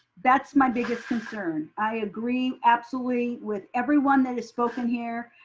that's my biggest concern. i agree absolutely with everyone that has spoken here,